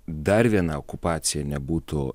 dar viena okupacija nebūtų